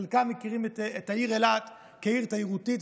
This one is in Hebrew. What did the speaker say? חלקם מכירים את העיר אילת כעיר תיירותית,